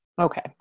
okay